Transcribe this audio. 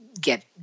get